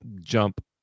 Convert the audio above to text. jump